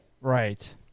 right